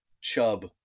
chub